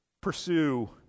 pursue